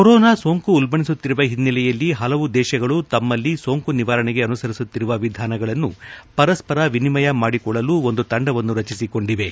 corona ಸೋಂಕು ಉಲ್ಲಣಿಸುತ್ತಿರುವ ಹಿನ್ನೆಲೆಯಲ್ಲಿ ಪಲವು ದೇಶಗಳು ತಮ್ನಲ್ಲಿ ಸೋಂಕು ನಿವಾರಣೆಗೆ ಅನುಸರಿಸುತ್ತಿರುವ ವಿಧಾನಗಳನ್ನು ಪರಸ್ವರ ವಿನಿಮಯ ಮಾಡಿಕೊಳ್ಳಲು ಒಂದು ತಂಡವನ್ನು ರಚಿಸಿಕೊಂಡಿವೆ